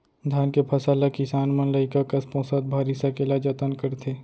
धान के फसल ल किसान मन लइका कस पोसत भारी सकेला जतन करथे